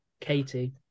Katie